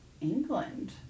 England